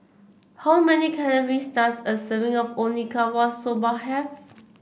how many calories does a serving of Okinawa Soba have